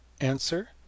Answer